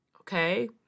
Okay